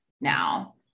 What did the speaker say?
now